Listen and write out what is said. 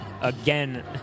Again